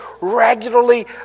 regularly